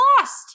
lost